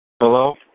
hello